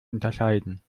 unterscheiden